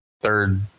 third